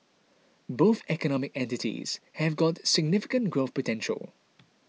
both economic entities have got significant growth potential